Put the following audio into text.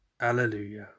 alleluia